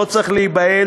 לא צריך להיבהל,